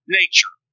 nature